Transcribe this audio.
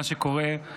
מה שקורה הוא